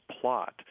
plot